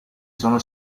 sono